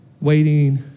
waiting